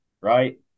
right